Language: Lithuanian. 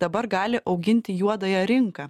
dabar gali auginti juodąją rinką